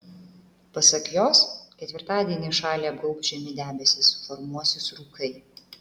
pasak jos ketvirtadienį šalį apgaubs žemi debesys formuosis rūkai